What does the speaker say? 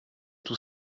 tout